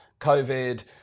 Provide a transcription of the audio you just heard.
COVID